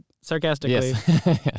sarcastically